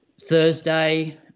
Thursday